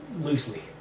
loosely